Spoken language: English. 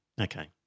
Okay